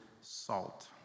salt